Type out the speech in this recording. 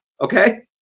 Okay